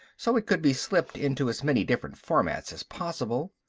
so it could be slipped into as many different formats as possible.